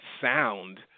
sound